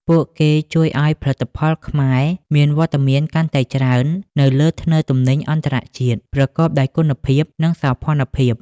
ពួកគេជួយឱ្យ "ផលិតផលខ្មែរ" មានវត្តមានកាន់តែច្រើននៅលើធ្នើរទំនិញអន្តរជាតិ ប្រកបដោយគុណភាព និងសោភ័ណភាព។